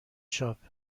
شاپ